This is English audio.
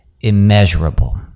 immeasurable